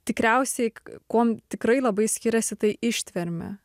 tikriausiai kuom tikrai labai skiriasi tai ištverme